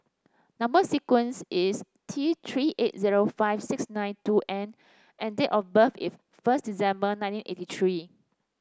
number sequence is T Three eight zero five six nine two N and date of birth is first December nineteen eighty three